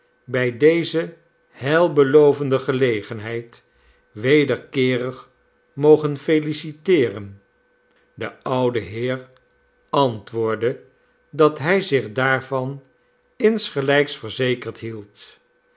bij deze heilbelovende gelegenheid wederkeerig mogen feliciteeren de oude heer antwoordde dat hij zich daarvan insgelijks verzekerd hield